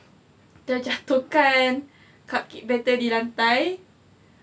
terjatuhkan cupcake batter di lantai